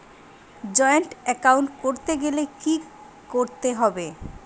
Joint account করতে গেলে কি করতে হবে?